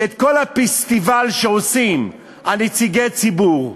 שאת כל הפסטיבל שעושים על נציגי ציבור,